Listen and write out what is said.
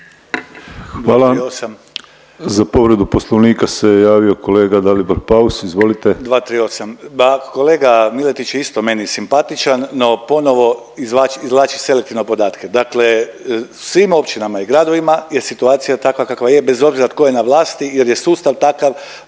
Hvala. Za povredu Poslovnika se javio kolega Dalibor Paus, izvolite. **Paus, Dalibor (IDS)** 238., pa kolega Miletić je isto meni simpatičan, no ponovo izvlači, izvlači selektivno podatke, dakle u svim općinama i gradovima je situacija takva kakva je bez obzira tko je na vlasti jer je sustav takav